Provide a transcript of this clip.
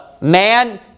man